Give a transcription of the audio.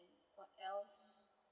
what else